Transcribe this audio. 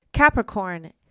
Capricorn